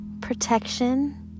protection